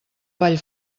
vall